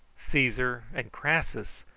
caesar, and crassus,